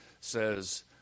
says